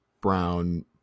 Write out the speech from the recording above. Brown